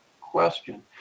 question